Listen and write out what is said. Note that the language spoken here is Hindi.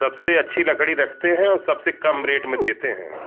सबसे अच्छी लकड़ी रखते हैं और सबसे कम रेट में देते हैं हम